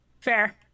Fair